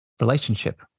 relationship